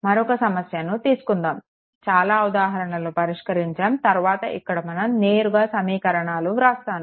మరొక సమస్యని తీసుకుందాము చాలా ఉదాహరణలు పరిష్కరించాము తర్వాత ఇక్కడ మనం నేరుగా సమీకరణాలు వ్రాస్తాను